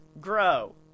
grow